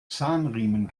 zahnriemen